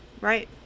Right